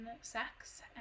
sex